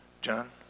John